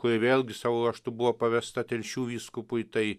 kuri vėlgi savo ruožtu buvo pavesta telšių vyskupui tai